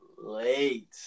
late